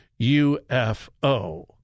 UFO